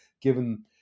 given